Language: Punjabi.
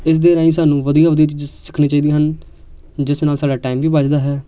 ਇਸ ਦੇ ਰਾਹੀਂ ਸਾਨੂੰ ਵਧੀਆ ਵਧੀਆ ਚੀਜ਼ਾਂ ਸਿੱਖਣੀਆਂ ਚਾਹੀਦੀਆਂ ਹਨ ਜਿਸ ਨਾਲ ਸਾਡਾ ਟਾਈਮ ਵੀ ਬਚਦਾ ਹੈ